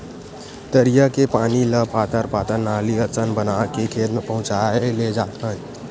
तरिया के पानी ल पातर पातर नाली असन बना के खेत म पहुचाए लेजाथन